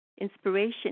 Inspiration